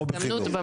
בהזדמנות.